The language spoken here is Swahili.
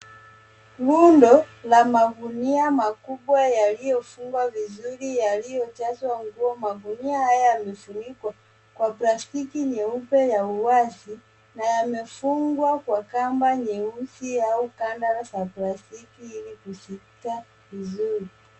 Rundo la magunia makubwa yaliyo fungwa vizuri yaliyo jazwa nguo. Magunia haya yamefunikwa kwa plastiki nyeupe na wazi na yamefungwa kwa kamba nyeusi au kandara za plastiki ili kuzishika vizuri.